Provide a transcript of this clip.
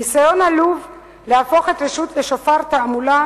ניסיון עלוב להפוך את הרשות לשופר תעמולה